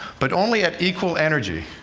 but only at equal energy.